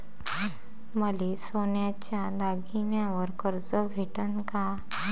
मले सोन्याच्या दागिन्यावर कर्ज भेटन का?